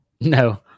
No